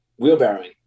wheelbarrowing